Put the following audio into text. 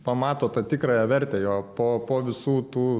pamato tą tikrąją vertę jo po po visų tų